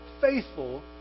faithful